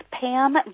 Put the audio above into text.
Pam